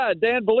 Dan